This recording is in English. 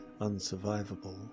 unsurvivable